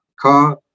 car